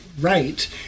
right